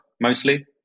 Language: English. mostly